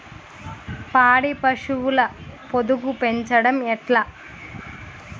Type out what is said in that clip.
పాడి పశువుల పొదుగు పెంచడం ఎట్లా?